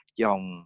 dòng